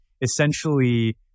essentially